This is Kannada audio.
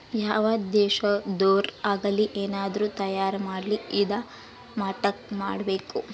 ಯಾವ್ ದೇಶದೊರ್ ಆಗಲಿ ಏನಾದ್ರೂ ತಯಾರ ಮಾಡ್ಲಿ ಇದಾ ಮಟ್ಟಕ್ ಮಾಡ್ಬೇಕು